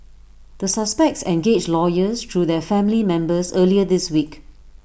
the suspects engaged lawyers through their family members earlier this week